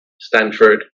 Stanford